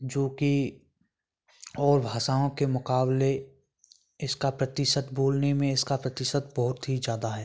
जो कि और भाषाओं के मुकाबले इसका प्रतिशत बोलने में इसका प्रतिशत बहुत ही ज़्यादा है